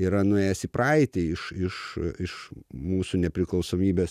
yra nuėjęs į praeitį iš iš iš mūsų nepriklausomybės